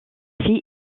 filles